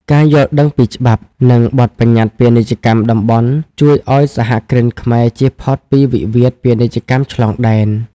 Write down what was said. ការយល់ដឹងពីច្បាប់ និងបទបញ្ញត្តិពាណិជ្ជកម្មតំបន់ ជួយឱ្យសហគ្រិនខ្មែរជៀសផុតពីវិវាទពាណិជ្ជកម្មឆ្លងដែន។